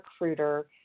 Recruiter